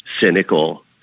cynical